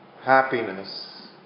happiness